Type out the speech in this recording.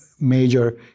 major